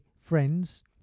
friends